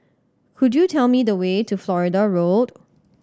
could you tell me the way to Florida Road